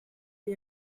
ell